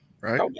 Right